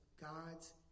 God's